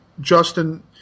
Justin